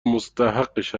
مستحقش